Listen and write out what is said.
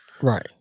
Right